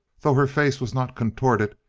though her face was not contorted,